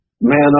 man